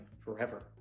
forever